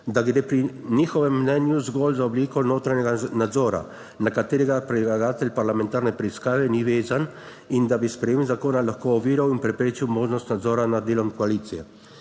da gre pri njihovem mnenju zgolj za obliko notranjega nadzora, na katerega predlagatelj parlamentarne preiskave ni vezan in da bi sprejetje zakona lahko oviralo in preprečilo možnost nadzora nad delom koalicije.